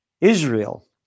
Israel